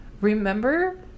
remember